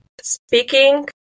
speaking